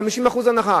50% הנחה.